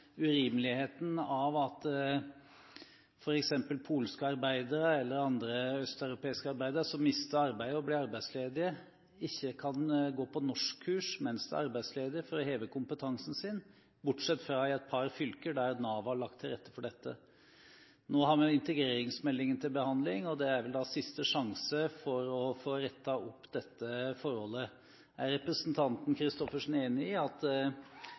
urimeligheten ved at f.eks. polske eller andre østeuropeiske arbeidere som mister arbeidet og blir arbeidsledige, ikke kan gå på norskkurs mens de er arbeidsledige for å heve kompetansen sin, bortsett fra i et par fylker der Nav har lagt til rette for dette. Nå har vi integreringsmeldingen til behandling, og det er vel da siste sjanse for å få rettet opp dette forholdet. Er representanten Christoffersen enig i at